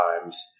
times